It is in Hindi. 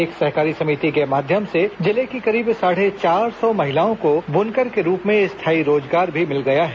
एक सहकारी समिति के माध्यम से जिले की करीब साढ़े चार सौ महिलाओं को बुनकर के रूप में स्थायी रोजगार भी मिल गया है